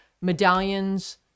medallions